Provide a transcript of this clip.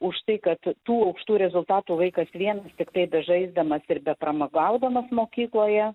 už tai kad tų aukštų rezultatų vaikas vienas tiktai bežaisdamas ir be pramogaudamas mokykloje